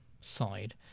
side